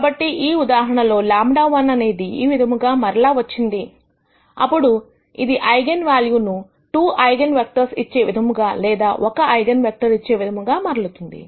కాబట్టి ఈ ఉదాహరణ లో λ₁అనేది ఈ విధముగా మరలా వచ్చింది అప్పుడు ఇది ఐగన్ వాల్యూ ను 2 ఐగన్ వెక్టర్స్ ఇచ్చే విధముగా లేదా ఒక ఐగన్ వెక్టర్ ఇదే విధముగా మరలుతుంది